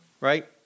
right